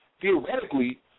theoretically